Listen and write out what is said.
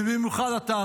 ובמיוחד אתה,